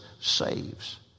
saves